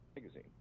Magazine